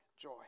joy